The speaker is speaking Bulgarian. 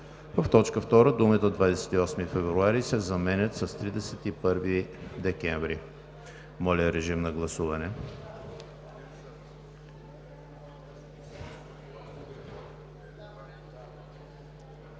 в т. II думите „28 февруари“ се заменят с „31 декември“.“ Моля, режим на гласуване.